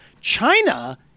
China